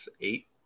eight